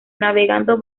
navegando